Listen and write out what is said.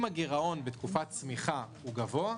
אם הגירעון בתקופת צמיחה הוא גבוה,